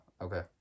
Okay